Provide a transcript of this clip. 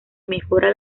mejora